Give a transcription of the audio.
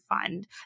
fund